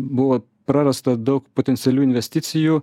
buvo prarasta daug potencialių investicijų